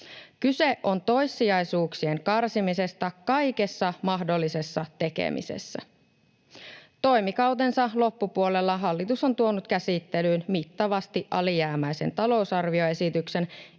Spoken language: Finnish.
Kyse on toissijaisuuksien karsimisesta kaikessa mahdollisessa tekemisessä. Toimikautensa loppupuolella hallitus on tuonut käsittelyyn mittavasti alijäämäisen talousarvioesityksen,